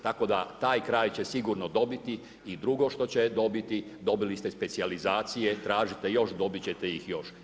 Tako da taj kraj će sigurno dobiti i drugo što će dobiti dobili ste specijalizacije, tražite još dobiti ćete ih još.